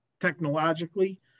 technologically